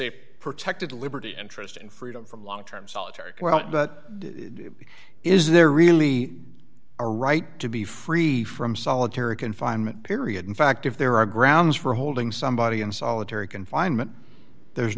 protected liberty interest in freedom from long term solitary quote but is there really a right to be free from solitary confinement period in fact if there are grounds for holding somebody in solitary confinement there's